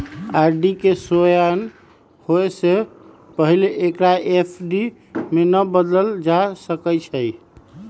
RD के सेयान होय से पहिले एकरा एफ.डी में न बदलल जा सकइ छै